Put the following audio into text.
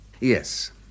Yes